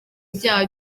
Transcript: ibyaha